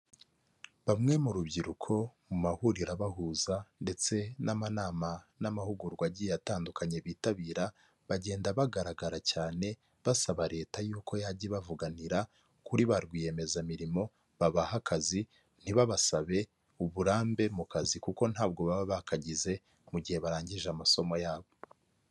Bamwe mu rubyiruko mu mahuriro abahuza ndetse n'amanama n'amahugurwa agiye atandukanye bitabira bagenda bagaragara cyane basaba leta y'uko yajya ibavuganira kuri ba rwiyemezamirimo babaha akazi nti babasabe uburambe mu kazi kuko ntabwo baba bakagize mu gihe barangije amasomo yabo.